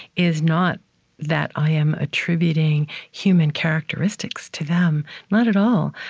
is not that i am attributing human characteristics to them, not at all.